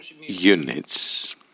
units